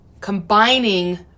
combining